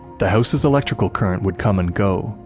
the house's electrical current would come and go,